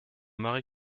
marie